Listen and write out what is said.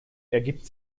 ergibt